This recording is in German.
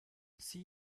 sie